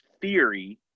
theory